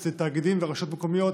שזה תאגידים ורשויות מקומיות,